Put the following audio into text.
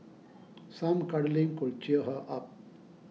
some cuddling could cheer her up